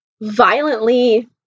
violently